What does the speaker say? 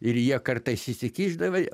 ir jie kartais įsikišdavai